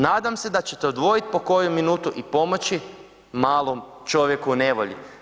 Nadam se da ćete odvojit pokoju minutu i pomoći malom čovjeku u nevolji.